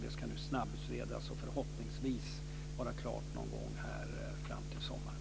Det ska nu snabbutredas och förhoppningsvis vara klart någon gång fram till sommaren.